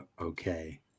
Okay